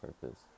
purpose